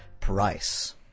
price